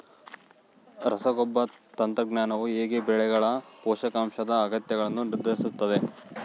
ರಸಗೊಬ್ಬರ ತಂತ್ರಜ್ಞಾನವು ಹೇಗೆ ಬೆಳೆಗಳ ಪೋಷಕಾಂಶದ ಅಗತ್ಯಗಳನ್ನು ನಿರ್ಧರಿಸುತ್ತದೆ?